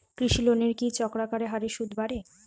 কৃষি লোনের কি চক্রাকার হারে সুদ বাড়ে?